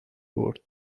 برد